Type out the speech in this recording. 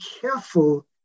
careful